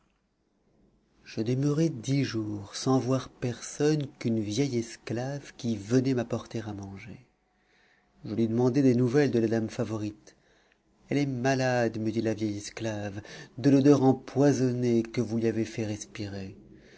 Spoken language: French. je demeurai dix jours sans voir personne qu'une vieille esclave qui venait m'apporter à manger je lui demandai des nouvelles de la dame favorite elle est malade me dit la vieille esclave de l'odeur empoisonnée que vous lui avez fait respirer